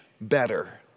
better